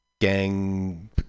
gang